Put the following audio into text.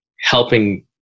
helping